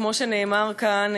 כמו שנאמר כאן,